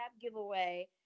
giveaway